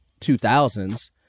2000s